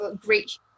great